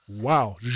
Wow